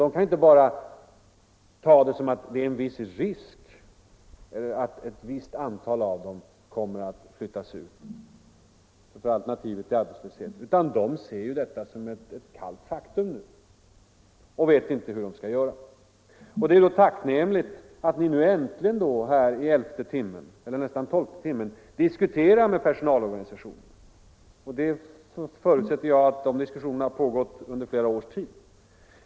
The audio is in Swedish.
De kan ju inte se situationen som att det finns ”en viss risk” för att ”ett visst antal” av dem kommer att flyttas ut och att alternativet blir arbetslöshet, utan de ser detta som ett kallt faktum nu och vet inte hur de skall göra. Det är därför tacknämligt att statsrådet nu äntligen i elfte timmen —- eller nästan i tolfte timmen — diskuterar med personalorganisationerna. Jag förutsätter att sådana diskussioner har pågått under flera års tid.